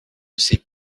ces